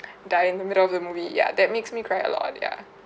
dying in the middle of the movie ya that makes me cry a lot ya